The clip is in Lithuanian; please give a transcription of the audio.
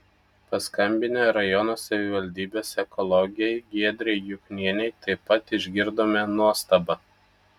paskambinę rajono savivaldybės ekologei giedrei juknienei taip pat išgirdome nuostabą